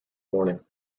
morning